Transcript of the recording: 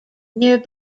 near